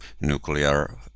nuclear